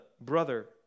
brother